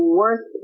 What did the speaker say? worth